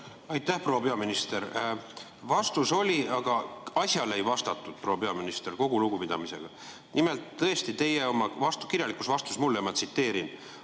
Aitäh, proua peaminister! Vastus oli, aga asjale ei vastatud, proua peaminister, kogu lugupidamisega. Nimelt tõesti teie oma kirjalikus vastuses mulle ütlesite,